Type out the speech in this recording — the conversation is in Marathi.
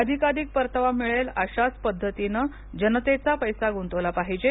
अधिकाधिक परतावा मिळेल अशाच पद्धतीने जनतेचा पैसा गुंतवला पाहिजे